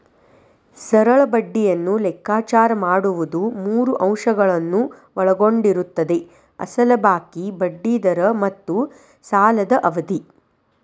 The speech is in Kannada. ಸರಳ ಬಡ್ಡಿಯನ್ನು ಲೆಕ್ಕಾಚಾರ ಮಾಡುವುದು ಮೂರು ಅಂಶಗಳನ್ನು ಒಳಗೊಂಡಿರುತ್ತದೆ ಅಸಲು ಬಾಕಿ, ಬಡ್ಡಿ ದರ ಮತ್ತು ಸಾಲದ ಅವಧಿ